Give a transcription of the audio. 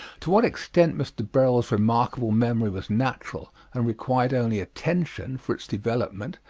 to what extent mr. berol's remarkable memory was natural and required only attention, for its development,